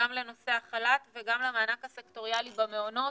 גם לנושא החל"ת וגם למענק הסקטוריאלי במעונות?